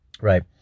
Right